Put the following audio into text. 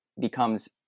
becomes